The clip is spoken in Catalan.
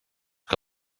que